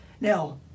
Now